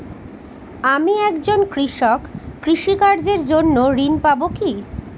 আমি একজন কৃষক কৃষি কার্যের জন্য ঋণ পাব কি?